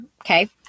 okay